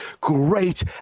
great